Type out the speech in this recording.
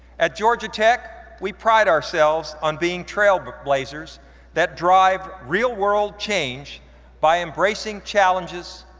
at georgia tech, we pride ourselves on being trailblazers that drive real-world change by embracing challenges,